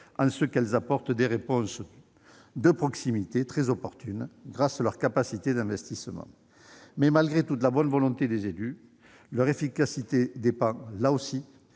en ce qu'elles apportent des réponses de proximité très opportunes, grâce leurs capacités d'investissement. Néanmoins, malgré toute la bonne volonté des élus, leur efficacité dépend là aussi